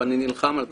ואני נלחם על זה.